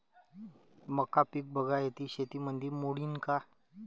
मका पीक बागायती शेतीमंदी मोडीन का?